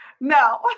No